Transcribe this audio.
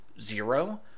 zero